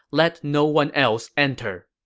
let no one else enter.